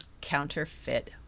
counterfeit